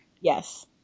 yes